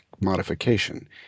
modification